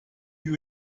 you